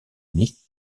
uni